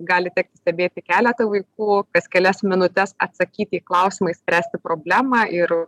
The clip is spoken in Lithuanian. gali tekti stebėti keletą vaikų kas kelias minutes atsakyti į klausimą išspręsti problemą ir